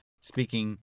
speaking